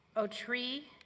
a tree,